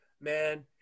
man